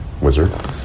wizard